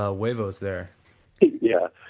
ah weavers there yeah.